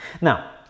Now